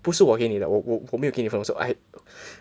不是我给你的我我我没有给你粉红色 I